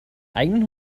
eigenen